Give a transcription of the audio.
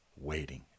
waiting